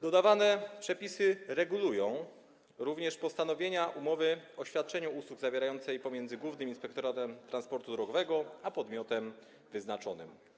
Dodawane przepisy regulują również kwestie postanowień umowy o świadczeniu usług zawieranej pomiędzy Głównym Inspektoratem Transportu Drogowego a podmiotem wyznaczonym.